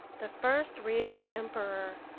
the first real emperor.